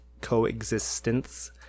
coexistence